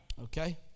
okay